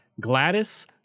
Gladys